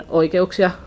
oikeuksia